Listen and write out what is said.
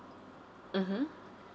mmhmm